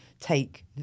take